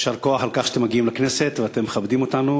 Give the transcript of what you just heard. יישר כוח על כך שאתם מגיעים לכנסת ואתם מכבדים אותנו,